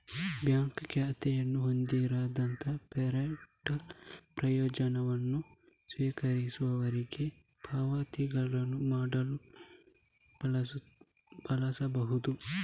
bank ಖಾತೆಯನ್ನು ಹೊಂದಿರದ federal ಪ್ರಯೋಜನವನ್ನು ಸ್ವೀಕರಿಸುವವರಿಗೆ ಪಾವತಿಗಳನ್ನು ಮಾಡಲು ಬಳಸಬಹುದು